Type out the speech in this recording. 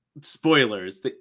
Spoilers